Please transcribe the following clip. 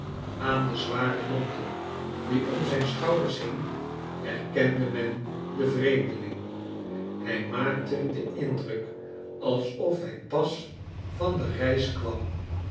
aan den zwaren mantel die om zijn schouders hing herkende men den vreemdeling hij maakte den indruk alsof hij pas van de reis kwam